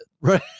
right